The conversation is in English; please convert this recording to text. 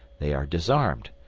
they are disarmed.